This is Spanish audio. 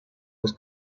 dos